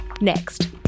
Next